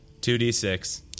2d6